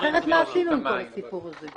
מה עשינו עם כל הסיפור הזה?